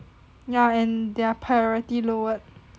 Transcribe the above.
ya and their priority lowered